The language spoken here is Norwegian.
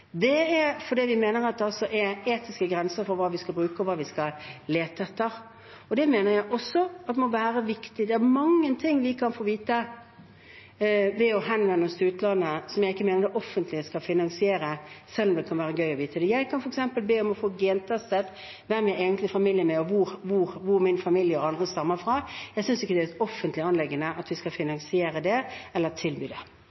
Det er fordi vi mener at det er etiske grenser for hva vi skal bruke og hva vi skal lete etter. Det mener jeg også må være viktig. Det er mange ting man kan få vite ved å henvende seg til utlandet, som jeg mener det offentlige ikke skal finansiere, selv om det kunne vært gøy å vite det. Jeg kan f.eks. få gentestet hvem jeg egentlig er i familie med, og hvor min familie og andre stammer fra. Jeg synes ikke det er et offentlig anliggende å finansiere eller tilby det. Det bekymrer altså ikke statsministeren at vi